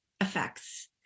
effects